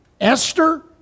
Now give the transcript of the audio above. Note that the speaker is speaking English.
Esther